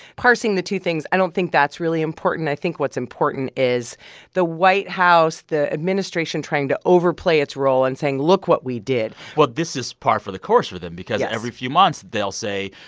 parsing the two things, i don't think that's really important. i think what's important is the white house, the administration trying to overplay its role and saying, look what we did well, this is par for the course for them because. yes. every few months they'll say,